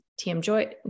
TMJ